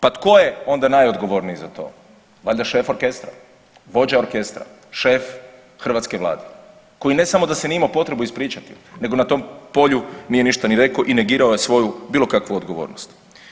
Pa tko je onda najodgovorniji za to, valjda šef orkestra, vođa orkestra, šef hrvatske Vlade koji ne samo da se nije imao potrebu ispričati, nego na tom polju nije ništa ni rekao i negirao je svoju bilo kakvu odgovornosti.